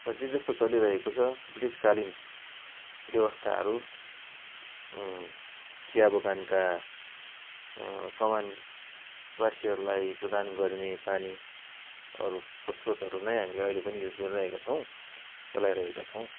र जे जस्तो चलिरहेको छ ब्रिटिसकालीन व्यवस्थाहरू चियाबगानका कमानवासीहरलाई प्रदान गरिने पानीहरूको स्रोतहरू नै हामीले अहिले पनि युज गरिरहेका छौँ चलाइरहेका छौँ